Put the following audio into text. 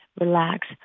relax